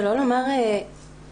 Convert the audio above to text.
שלא לומר כועסת,